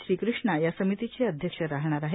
श्रीक्रिष्णा या समितीचे अध्यक्ष राहणार आहेत